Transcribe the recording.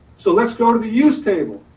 so let's go to the use table.